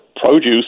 produce